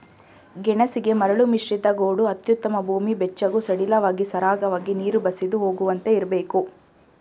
ಗೆಣಸಿಗೆ ಮರಳುಮಿಶ್ರಿತ ಗೋಡು ಅತ್ಯುತ್ತಮ ಭೂಮಿ ಬೆಚ್ಚಗೂ ಸಡಿಲವಾಗಿ ಸರಾಗವಾಗಿ ನೀರು ಬಸಿದು ಹೋಗುವಂತೆ ಇರ್ಬೇಕು